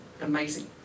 amazing